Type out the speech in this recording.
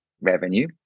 revenue